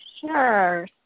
Sure